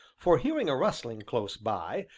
for hearing a rustling close by,